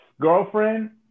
girlfriend